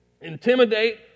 intimidate